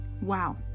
Wow